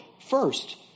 first